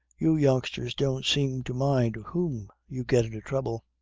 you youngsters don't seem to mind whom you get into trouble.